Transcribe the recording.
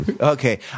okay